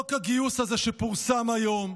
חוק הגיוס הזה, שפורסם היום,